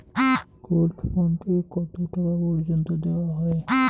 Gold bond এ কতো টাকা পর্যন্ত দেওয়া হয়?